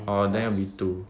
orh then will be two